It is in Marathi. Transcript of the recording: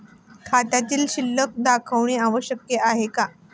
खात्यातील शिल्लक दाखवणे आवश्यक आहे का?